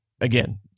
again